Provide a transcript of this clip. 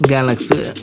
Galaxy